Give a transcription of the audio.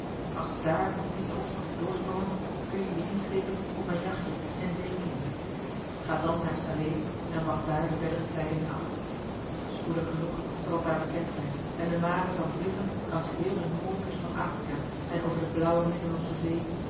als dààr nog niet de opstand is doorgedrongen kun-je je inschepen op mijn jachtje en zee kiezen ga dan naar salé en wacht daar de verdere tijdingen af spoedig genoeg zal het daar bekend zijn en de mare zal vliegen langs heel de noordkust van afrika en over de blauwe middellandsche zee